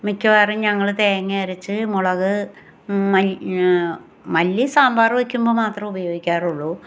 മിക്കവാറും ഞങ്ങൾ തേങ്ങ അരച്ച് മുളക് മ മല്ലി സാമ്പാർ വയ്ക്കുമ്പം മാത്രമേ ഉപയോഗിക്കാറുള്ളു